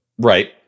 Right